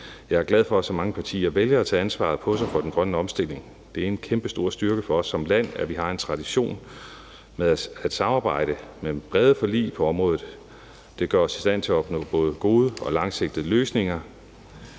Jeg er glad for, at så mange partier vil jeg tage ansvaret for den grønne omstilling på sig. Det er en kæmpestor styrke for os som land, at vi har en tradition for at samarbejde og indgå brede forlig på området. Det gør os i stand til at opnå både gode og langsigtede løsninger